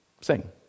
sing